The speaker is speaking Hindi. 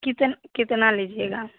कितन कितना लीजिएगा